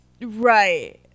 Right